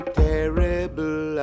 terrible